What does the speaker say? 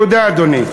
תודה, אדוני.